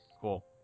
Cool